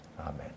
Amen